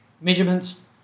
measurements